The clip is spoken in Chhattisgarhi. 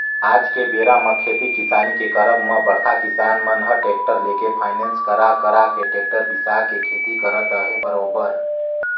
आज के बेरा म खेती किसानी के करब म बड़का किसान मन ह टेक्टर लेके फायनेंस करा करा के टेक्टर बिसा के खेती करत अहे बरोबर